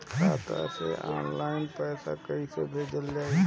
खाता से ऑनलाइन पैसा कईसे भेजल जाई?